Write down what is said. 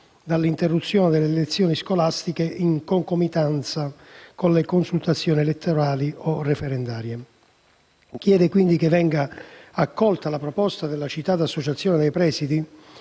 dall'interruzione delle lezioni scolastiche in concomitanza con le consultazioni elettorali e referendarie. Chiede, quindi, che venga accolta la proposta della citata Associazione dei presidi